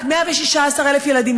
רק 116,000 ילדים,